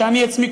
שאני עצמי,